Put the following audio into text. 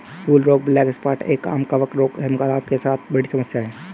फूल रोग black spot एक, आम कवक रोग है, गुलाब के साथ बड़ी समस्या है